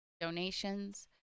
donations